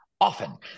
often